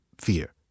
fear